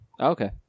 Okay